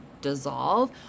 dissolve